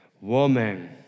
Woman